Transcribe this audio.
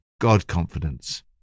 God-confidence